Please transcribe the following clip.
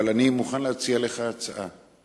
אבל אני מוכן להציע לך הצעה: